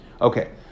Okay